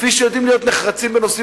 כפי שיודעים להיות נחרצים בנושאים